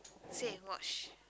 say you watch